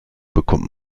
bekommt